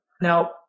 Now